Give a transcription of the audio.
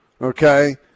Okay